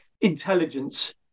Intelligence